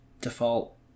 default